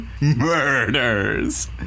Murders